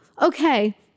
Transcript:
okay